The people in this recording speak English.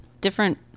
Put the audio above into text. Different